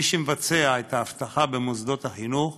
מי שמבצע את האבטחה במוסדות החינוך